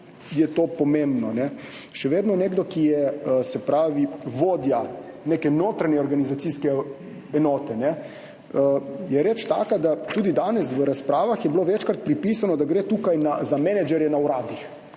je to pomembno? Še vedno nekdo, ki je vodja neke notranje organizacijske enote, je reč taka, tudi danes v razpravah je bilo večkrat pripisano, da gre tukaj za menedžerje na uradih.